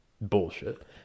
bullshit